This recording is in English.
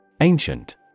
Ancient